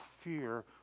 fear